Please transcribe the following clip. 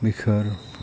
বিষয়ৰ